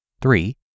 Three